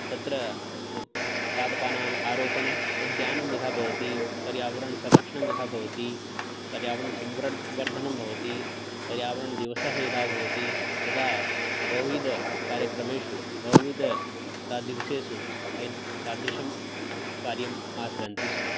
तत्र पु पादपानाम् आरोपणम् उद्यानं यथा भवति पर्यावरणसंरक्षणं यथा भवति पर्यावरणसम्वर्धनं भवति पर्यावरणदिवसः यदा भवति तदा बहुविधकार्यक्रमेषु बहुविध तथा दिवसेषु ते तादृशं कार्यं आचरन्ति स्म